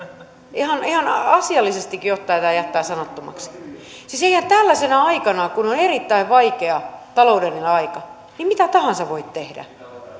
ihan ihan asiallisestikin ottaen tämä jättää sanattomaksi siis eihän tällaisena aikana kun on erittäin vaikea taloudellinen aika mitä tahansa voi tehdä ei